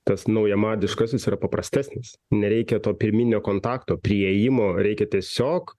tas naujamadiškasis yra paprastesnis nereikia to pirminio kontakto priėjimo reikia tiesiog